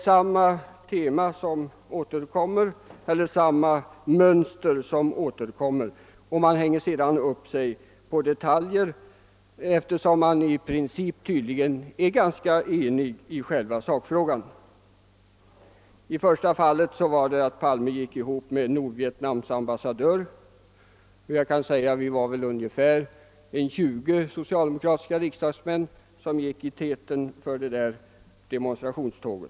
Samma mönster återkommer i båda fallen. Man hänger upp sig på detaljer, eftersom alla i princip tydligen är ganska eniga i själva sakfrågan. I det förra fallet gällde kritiken att Palme uppträdde tillsammans med Nordvietnams ambassadör, men vi var väl ungefär 20 socialdemokratiska riksdagsmän som gick i täten för demonstrationståget.